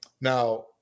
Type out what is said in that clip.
Now